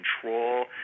control